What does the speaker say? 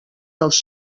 dels